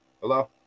hello